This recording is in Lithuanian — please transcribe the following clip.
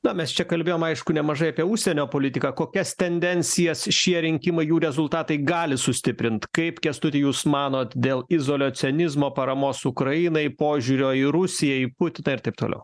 na mes čia kalbėjom aišku nemažai apie užsienio politiką kokias tendencijas šie rinkimai jų rezultatai gali sustiprint kaip kęstuti jūs manot dėl izoliacionizmo paramos ukrainai požiūrio į rusiją į putiną ir taip toliau